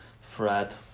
Fred